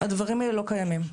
הדברים האלה לא קיימים.